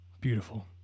beautiful